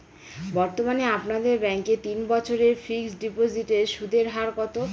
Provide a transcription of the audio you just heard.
বর্তমানে আপনাদের ব্যাঙ্কে তিন বছরের ফিক্সট ডিপোজিটের সুদের হার কত?